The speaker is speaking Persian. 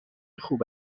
خوب